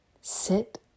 sit